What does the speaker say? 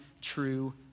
true